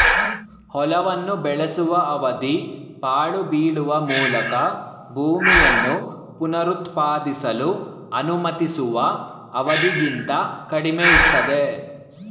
ಹೊಲವನ್ನು ಬೆಳೆಸುವ ಅವಧಿ ಪಾಳು ಬೀಳುವ ಮೂಲಕ ಭೂಮಿಯನ್ನು ಪುನರುತ್ಪಾದಿಸಲು ಅನುಮತಿಸುವ ಅವಧಿಗಿಂತ ಕಡಿಮೆಯಿರ್ತದೆ